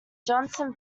johnson